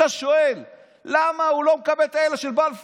אתה שואל: למה הוא לא מקבל את האלה של בלפור?